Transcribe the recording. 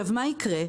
אז מה יקרה?